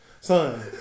son